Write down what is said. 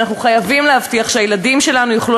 ואנחנו חייבים להבטיח שהילדים שלנו יוכלו